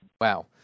Wow